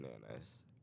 bananas